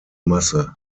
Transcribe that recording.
masse